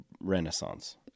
renaissance